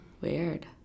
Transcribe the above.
Weird